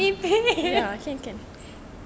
help me pay